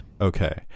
Okay